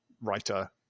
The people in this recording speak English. writer